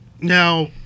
now